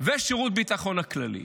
ושירות הביטחון הכללי,